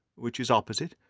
which is opposite,